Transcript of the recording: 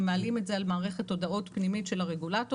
הם מעלים את זה על מערכת הודעות פנימית של הרגולטורים,